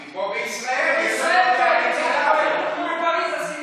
כי פה, בישראל, אבל בישראל כן.